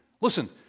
Listen